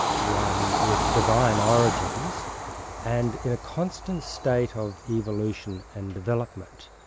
one with divine origins and in a constant state of evolution and development.